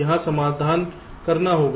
वहां समाधान करना होगा